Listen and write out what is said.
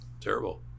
Terrible